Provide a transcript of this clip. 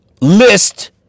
list